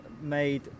made